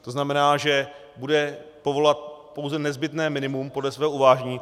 To znamená, že bude povolovat pouze nezbytné minimum podle svého uvážení.